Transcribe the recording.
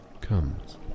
comes